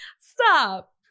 Stop